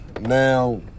Now